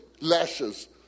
lashes